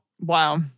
Wow